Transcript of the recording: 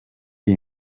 iyi